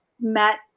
met